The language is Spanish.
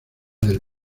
del